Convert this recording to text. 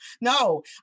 no